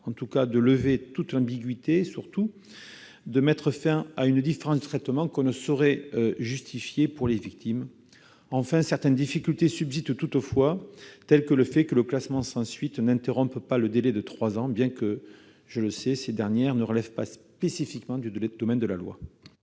en tout cas, de lever toute ambiguïté, et surtout de mettre fin à une différence de traitement, qui ne saurait se justifier, entre les victimes. Certaines difficultés subsistent toutefois, notamment le fait que le classement sans suite n'interrompt pas le délai de trois ans, bien que, je le sais, ce dernier point ne relève pas spécifiquement du domaine de la loi.